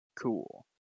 Cool